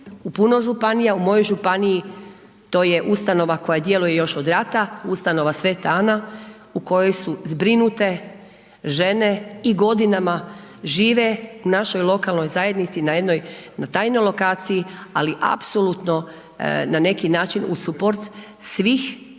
u puno županija, u mojoj županija, to je ustanova koja djeluje još od rata, ustanova Sv. Ana u kojoj su zbrinute žene i godinama žive u našoj lokalnoj zajednici na jednoj tajnoj lokaciji ali apsolutno na neki način uz suport svih u